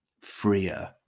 freer